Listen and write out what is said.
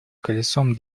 колесом